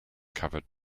covered